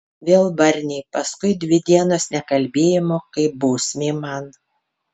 vėl barniai paskui dvi dienos nekalbėjimo kaip bausmė man